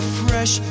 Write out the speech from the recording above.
fresh